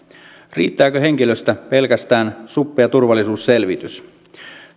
riittääkö henkilöstä pelkästään suppea turvallisuusselvitys